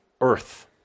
earth